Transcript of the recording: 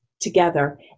together